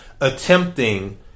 attempting